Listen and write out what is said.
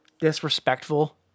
disrespectful